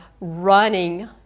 running